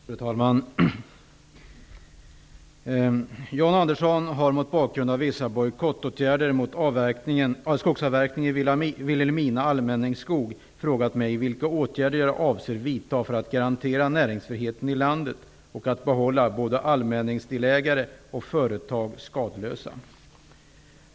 Fru talman! John Andersson har, mot bakgrund av vissa bojkottåtgärder mot skogsavverkning i Vilhelmina allmänningsskog, frågat mig vilka åtgärder jag avser vidta för att garantera näringsfriheten i landet och att hålla både allmänningsdelägare och företag skadeslösa.